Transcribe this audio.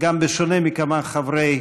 וגם, בשונה מכמה חברי